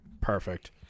Perfect